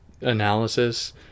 analysis